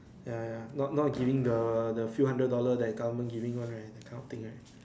ya ya not not giving the the few hundred dollar that government giving one right that kind of thing right